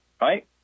right